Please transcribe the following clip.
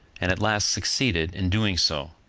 and at last succeeded in doing so.